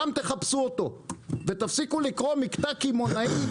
שם תחפשו אותו ותפסיקו לקרוא מקטע קמעונאי,